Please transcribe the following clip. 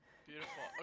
Beautiful